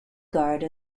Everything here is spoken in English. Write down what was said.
guard